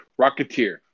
Rocketeer